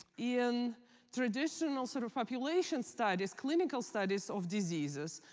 in traditional sort of population studies, clinical studies of diseases,